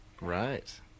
Right